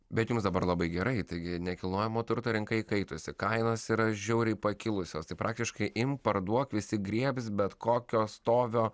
bet jums dabar labai gerai taigi nekilnojamo turto rinka įkaitusi kainos yra žiauriai pakilusios tai praktiškai imk parduok visi griebs bet kokio stovio